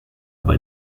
bei